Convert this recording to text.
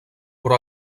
però